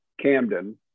Camden